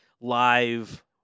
live